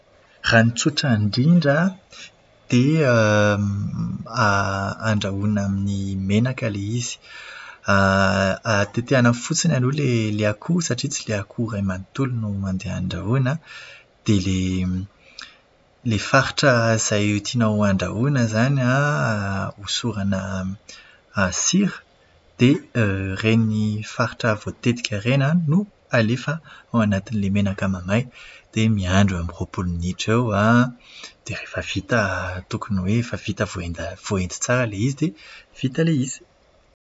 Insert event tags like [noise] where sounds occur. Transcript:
Raha ny tsotra indrindra an, dia [hesitation] andrahoina amin'ny menaka ilay izy. [hesitation] Tetehina fotsiny aloha ilay akoho, satria tsy ilay akoho iray manontolo no andeha andrahoina, dia ilay ilay faritra izay tianao andrahoina izany [hesitation] hosorana sira dia [hesitation] ireny faritra voatetika ireny an no alefa ao anatin'ilay menaka mahamay. Dia miandry eo amin'ny roapolo minitra eo an, dia rehefa vita [hesitation] tokony hoe efa vita voaendy tsara ilay izy dia vita ilay izy.